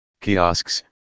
kiosks